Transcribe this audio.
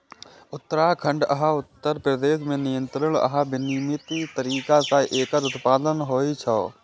उत्तराखंड आ उत्तर प्रदेश मे नियंत्रित आ विनियमित तरीका सं एकर उत्पादन होइ छै